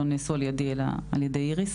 הם לא נעשו על ידי אלא ע"י איריס